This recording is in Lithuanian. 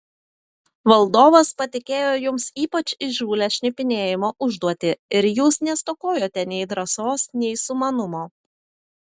valdovas patikėjo jums ypač įžūlią šnipinėjimo užduotį ir jūs nestokojote nei drąsos nei sumanumo